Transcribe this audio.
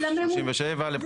בסעיף 37 לפקודה.